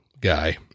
guy